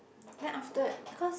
then afterward cause